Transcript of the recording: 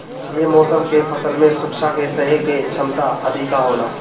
ये मौसम के फसल में सुखा के सहे के क्षमता अधिका होला